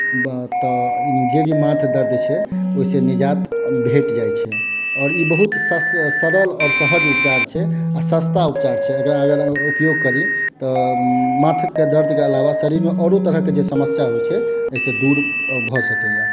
तऽ जे भी माथ दर्द छै ओहिसँ निजात भेट जाइत छै आओर ई बहुत सस सरल आओर सहज उपचार छै आ सस्ता उपचार छै अगर अहाँ एकर उपयोग करी तऽ माथके दर्दके अलावा शरीरमे आओरो तरहक जे समस्या होइत छै एहिसँ दूर भऽ सकैए